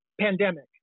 Pandemic